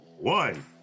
one